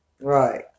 Right